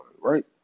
right